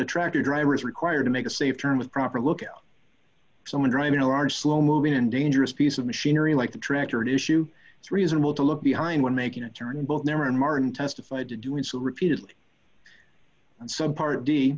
a tractor driver is required to make a safe turn with proper look at someone driving a large slow moving and dangerous piece of machinery like the tractor at issue it's reasonable to look behind when making a turn both near and martin testified to doing so repeatedly and some part